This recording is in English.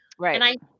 Right